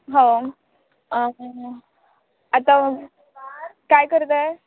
हो आता काय करत आहे